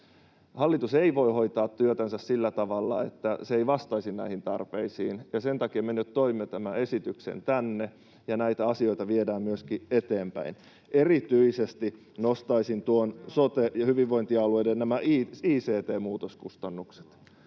Hallitus ei voi hoitaa työtänsä sillä tavalla, että se ei vastaisi näihin tarpeisiin, ja sen takia me nyt toimme tämän esityksen tänne ja näitä asioita viedään eteenpäin. Erityisesti nostaisin nämä sote- ja hyvinvointialueiden ict-muutoskustannukset.